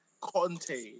Conte